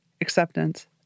acceptance